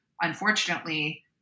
unfortunately